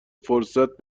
فرصت